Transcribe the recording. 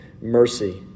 mercy